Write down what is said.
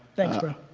thanks bro.